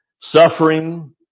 suffering